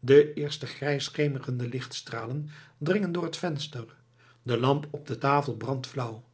de eerste grijs schemerende lichtstralen dringen door het venster de lamp op de tafel brandt flauw